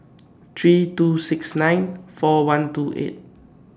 three two six nine four one two eight